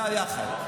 זה היחד.